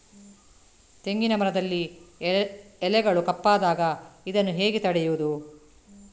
ತೆಂಗಿನ ಮರದಲ್ಲಿ ಎಲೆಗಳು ಕಪ್ಪಾದಾಗ ಇದನ್ನು ಹೇಗೆ ತಡೆಯುವುದು?